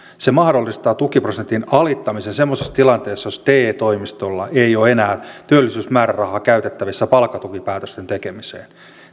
se mahdollistaa tukiprosentin alittamisen semmoisessa tilanteessa jossa te toimistolla ei ole enää työllisyysmäärärahaa käytettävissä palkkatukipäätösten tekemiseen